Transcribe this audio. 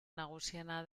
nagusiena